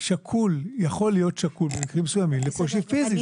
יכול להיות שקול במקרים מסוימים לקושי פיזי.